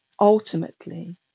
ultimately